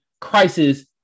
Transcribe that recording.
crisis